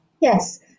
Yes